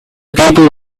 people